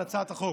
על הצעת החוק,